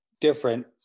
different